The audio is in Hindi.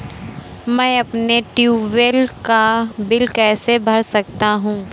मैं अपने ट्यूबवेल का बिल कैसे भर सकता हूँ?